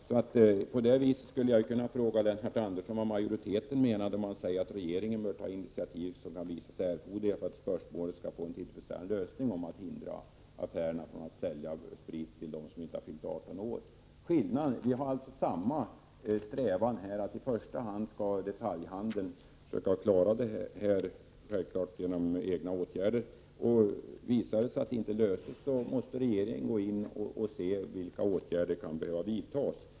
Jag skulle därför i min tur kunna fråga Lennart Andersson vad majoriteten menar när den skriver att regeringen bör ”ta de initiativ som kan visa sig erforderliga för att spörsmålet skall få en tillfredsställande lösning”. Det gäller alltså möjligheterna att hindra affärerna från att sälja sprit till ungdomar som inte har fyllt 18 år. Vi har samma strävan i detta sammanhang. I första hand skall detaljhandeln försöka klara uppgiften med egna åtgärder. Visar det sig att frågan inte löses på den vägen, får regeringen träda in och ta ställning till vilka åtgärder som kan behöva vidtas.